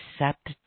accept